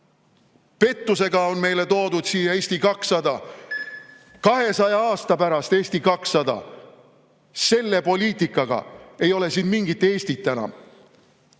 Pettusega on meile toodud siia Eesti 200. 200 aasta pärast, Eesti 200 – selle poliitikaga ei ole siin mingit Eestit enam.